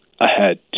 ahead